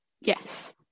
Yes